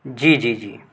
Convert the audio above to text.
जी जी जी